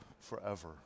forever